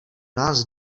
nás